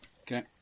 Okay